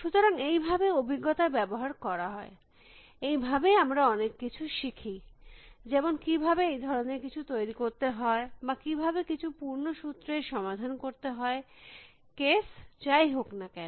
সুতরাং এই ভাবেই অভিজ্ঞতা ব্যবহার করা হয় এইভাবেই আমরা অনেক কিছু শিখি যেমন কিভাবে এই ধরনের কিছু তৈরী করতে হয় বা কিভাবে কিছু পূর্ণ সূত্রের সমাধান করতে হয় কেস যাই হোক না কেন